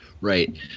right